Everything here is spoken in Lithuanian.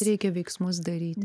reikia veiksmus daryti